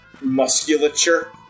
musculature